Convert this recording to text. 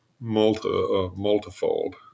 multifold